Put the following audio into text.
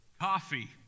coffee